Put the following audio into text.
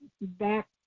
back